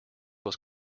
was